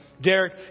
Derek